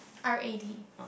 R A D